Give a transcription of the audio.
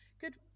good